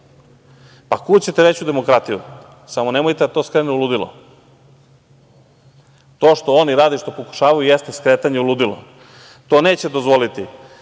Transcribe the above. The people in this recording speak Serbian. Kud ćete veću demokratiju, samo nemojte da to skrene u ludilo? To što oni rade i što pokušavaju jeste skretanje u ludilo. To neće dozvoliti